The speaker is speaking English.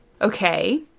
Okay